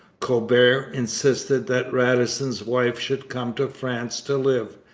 colbert insisted that radisson's wife should come to france to live.